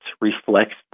reflects